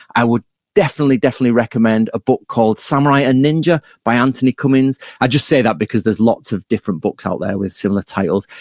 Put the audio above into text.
i would definitely, definitely recommend a book called samurai and ninja by antony cummins. i just say that because there's lots of different books out there with similar titles.